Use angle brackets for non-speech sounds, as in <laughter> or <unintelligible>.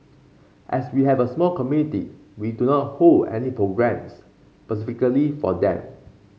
as we have a small community we do not hold any programmes <unintelligible> for them